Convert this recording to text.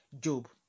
Job